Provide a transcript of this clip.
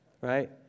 Right